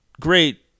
great